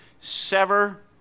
sever